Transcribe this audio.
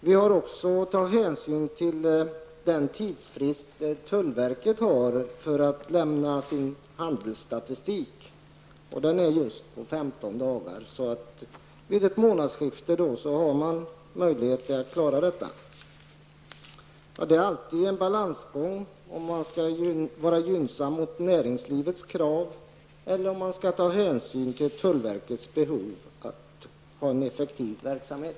Vi har också tagit hänsyn till den tidsfrist som tullverket har för att lämna sin handelsstatistik. Den är just 15 dagar, så vid ett månadsskifte har man då möjlighet att klara detta. Det är alltid en balansgång, om man skall tillgodose näringslivets krav eller om man skall ta hänsyn till tullverkets behov av att ha en effektiv verksamhet.